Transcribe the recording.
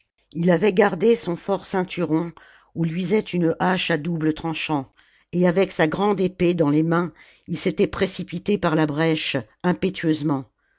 ii avait gardé son fort ceinturon où luisait une hache à double tranchant et avec sa grande épée dans les mains il s'était précipité par la brèche